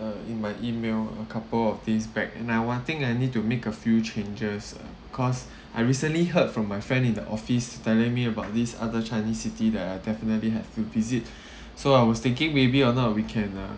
uh in my email a couple of days back and I one think I need to make a few changes uh cause I recently heard from my friend in the office telling me about this other chinese city that I definitely have to visit so I was thinking maybe or not we can uh